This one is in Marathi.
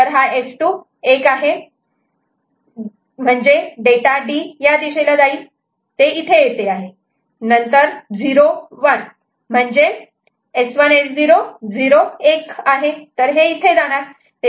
तर S2 1 म्हणजे डेटा D या दिशेला जाईल ते इथे येते नंतर 01 म्हणजे S1 S0 01 तर हे इथे जाणार